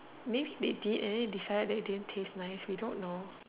make milky and then it decided that it didn't taste nice we don't know